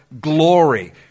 glory